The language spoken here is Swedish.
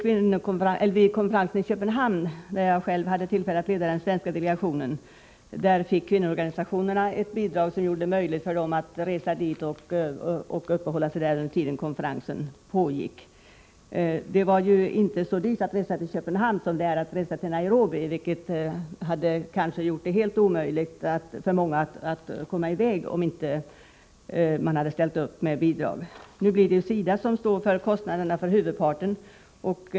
Vid konferensen i Köpenhamn, där jag själv hade tillfälle att leda den svenska delegationen, fick kvinnoorganisationerna ett bidrag som gjorde det möjligt för dem att resa dit och uppehålla sig där under tiden konferensen pågick. Det var inte så dyrt att resa till Köpenhamn som det är att resa till Nairobi, vilket kanske skulle göra det helt omöjligt för många att komma i väg om man inte hade ställt upp med ett bidrag. Nu blir det SIDA som står för huvudparten av kostnaderna.